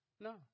No